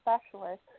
specialist